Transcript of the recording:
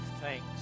thanks